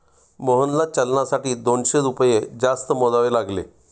मोहनला चलनासाठी दोनशे रुपये जास्त मोजावे लागले